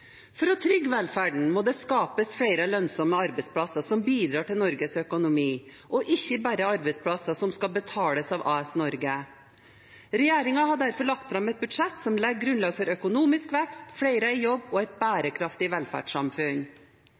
For å trygge velferden må det skapes flere lønnsomme arbeidsplasser som bidrar til Norges økonomi, og ikke bare arbeidsplasser som skal betales av AS Norge. Regjeringen har derfor lagt fram et budsjett som legger grunnlaget for økonomisk vekst, flere i jobb og et bærekraftig velferdssamfunn.